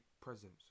presence